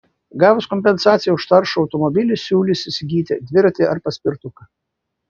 gavus kompensaciją už taršų automobilį siūlys įsigyti dviratį ar paspirtuką